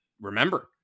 remember